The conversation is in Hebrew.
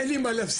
אין לי מה להפסיד.